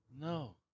No